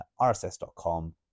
RSS.com